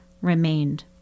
remained